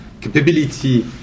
capability